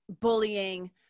bullying